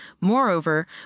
Moreover